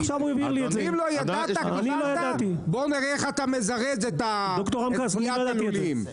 עכשיו, בואו נראה איך אתה מזרז את בניית הלולים.